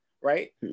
right